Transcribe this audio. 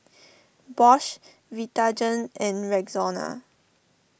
Bosch Vitagen and Rexona